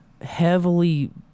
heavily